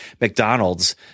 McDonald's